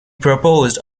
proposed